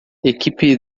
equipe